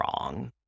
wrong